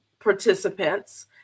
participants